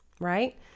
right